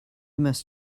must